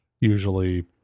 usually